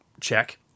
check